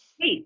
Hey